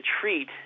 treat